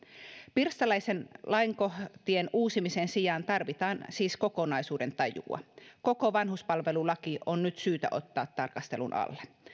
pirstaleisien lainkohtien uusimisen sijaan tarvitaan siis kokonaisuuden tajua koko vanhuspalvelulaki on nyt syytä ottaa tarkastelun alle